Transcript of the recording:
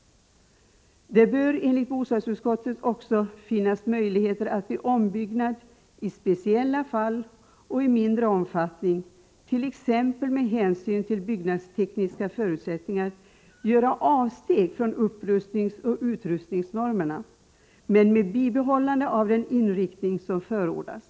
Det bör enligt bostadsutskottet också finnas möjligheter att vid ombyggnad i speciella fall och i mindre omfattning — t.ex. med hänsyn till byggnadstekniska förutsättningar — göra avsteg från upprustningsoch utrustningsnormerna, dock med bibehållande av den inriktning som förordats.